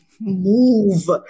move